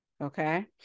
Okay